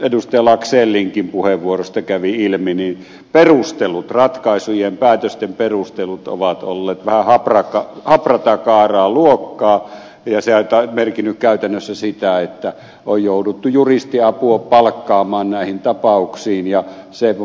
laxellinkin puheenvuorosta kävi ilmi niin ratkaisujen päätösten perustelut ovat olleet vähän hapratakaaraa luokkaa ja se on merkinnyt käytännössä sitä että on jouduttu juristiapua palkkaamaan näihin tapauksiin ja se muuten maksaa